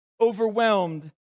overwhelmed